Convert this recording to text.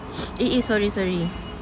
eh eh sorry sorry